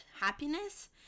happiness